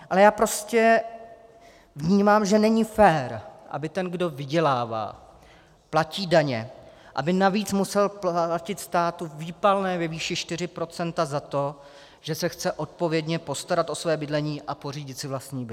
Ale já prostě vnímám, že není fér, aby ten, kdo vydělává, platí daně, navíc musel platit státu výpalné ve výši 4 procenta za to, že se chce odpovědně postarat o své bydlení a pořídit si vlastní byt.